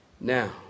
Now